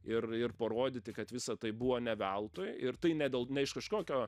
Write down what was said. ir ir parodyti kad visa tai buvo ne veltui ir tai ne dėl ne iš kažkokio